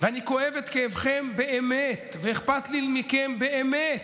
ואני כואב את כאבכם באמת, ואכפת לי מכם באמת,